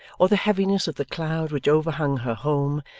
or the heaviness of the cloud which overhung her home,